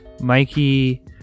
Mikey